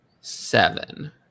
seven